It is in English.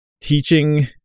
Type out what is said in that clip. teaching